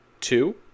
two